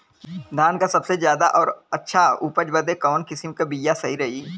धान क सबसे ज्यादा और अच्छा उपज बदे कवन किसीम क बिया सही रही?